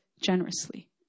generously